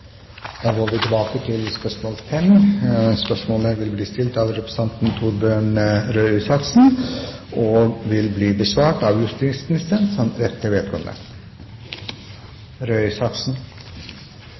går tilbake til spørsmål 5, fra representanten Torbjørn Røe Isaksen til utenriksministeren. Spørsmålet vil bli besvart av justisministeren som rette vedkommende. «Mange eritreere i eksil betaler 2 pst. av inntekten til